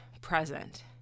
present